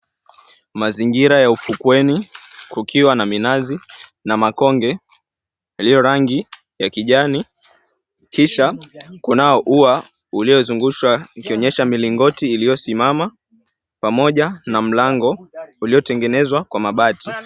Mazingira ya ufukweni kukiwa na minazi na makonge yaliyo rangi ya kijani kisha kunao ua uliozungushwa ukionyeshwa mlingoti iliyosimama pamoja na mlango uliotengenezwa kwa mabati.